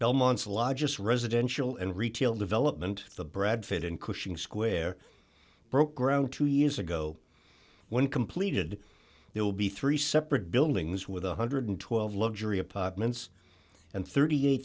just residential and retail development the brad pitt and cushing square broke ground two years ago when completed there will be three separate buildings with one hundred and twelve luxury apartments and thirty eight